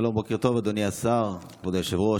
שלום, בוקר טוב, אדוני השר, כבוד היושב-ראש.